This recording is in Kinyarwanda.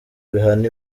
bihana